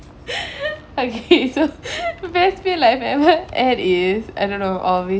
okay so the best meal I've ever had is I don't know probably